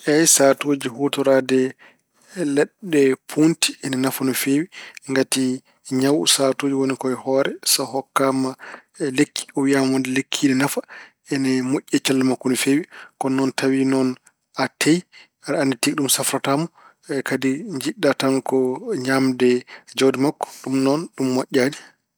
Eey, sahaatuji huutoraade leɗɗe puunti ene nafa no feewi. Ngati ñawu sahaatuji woni ko e hoore. So o hokkaama lekki, o wiyaama wonde lekki ki ne nafa, ene moƴƴi e cellal makko no feewi. Kono noon tawi noon a teyi, aɗa anndi tigi ɗum safrataa mo, kagi njiɗɗa tan ko ñaamde jawdi makko, ɗum noon, ɗum moƴƴaani.